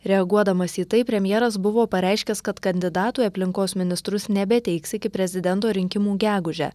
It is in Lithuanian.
reaguodamas į tai premjeras buvo pareiškęs kad kandidatų į aplinkos ministrus nebeteiks iki prezidento rinkimų gegužę